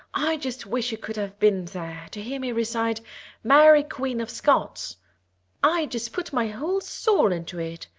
i just wish you could have been there to hear me recite mary, queen of scots i just put my whole soul into it.